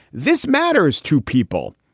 this matters to people,